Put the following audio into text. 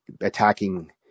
attacking